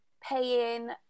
paying